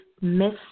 Miss